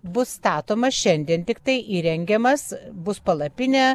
bus statomas šiandien tiktai įrengimas bus palapinė